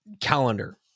calendar